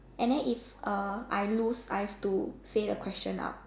and then if uh I lose I have to say the question out